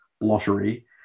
lottery